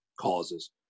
causes